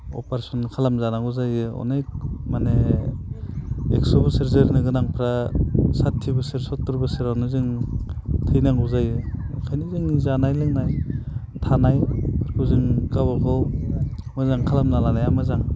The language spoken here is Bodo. अप्रेसन खालाम जानांगौ जायो अनेख माने एकस' बोसोर जोरनो गोनांफ्रा साथि बोसोर सत्तुर बोसोरावनो जों थैनांगौ जायो ओंखायनो जोंनि जानाय लोंनाय थानायफोरखौ जों गावबागाव मोजां खालामना लानाया मोजां